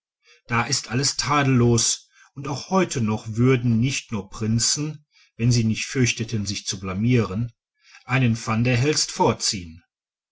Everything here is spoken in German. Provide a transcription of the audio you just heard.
da ist alles tadellos und auch heute noch würden nicht nur prinzen wenn sie nicht fürchteten sich zu blamieren einen van der helst vorziehen